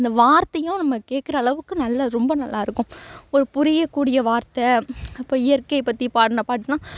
இந்த வார்த்தையும் நம்ம கேட்குற அளவுக்கு நல்ல ரொம்ப நல்லாயிருக்கும் ஒரு புரியக்கூடிய வார்த்தை அப்போ இயற்கை பற்றி பாடின பாட்டுலாம்